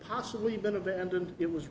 possibly been abandoned it was